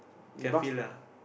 can feel lah